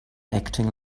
acting